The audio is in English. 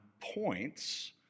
points